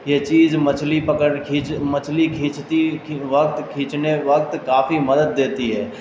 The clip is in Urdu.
یہ چیز مچھلی پکڑ کھیچ مچھلی کھینچتی وقت کھینچنے وقت کافی مدد دیتی ہے